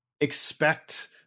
expect